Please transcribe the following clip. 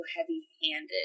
heavy-handed